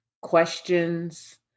questions